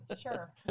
Sure